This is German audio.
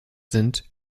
sind